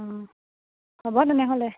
অঁ হ'ব তেনেহ'লে